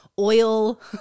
oil